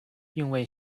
并未